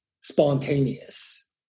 spontaneous